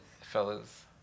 fellas